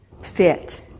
fit